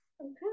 Okay